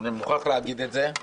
אני מוכרח להגיד את זה.